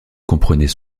comprenait